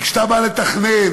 כי כשאתה בא לתכנן,